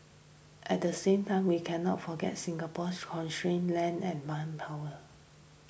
at the same time we cannot forget Singapore's constraints land and manpower